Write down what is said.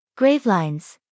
Gravelines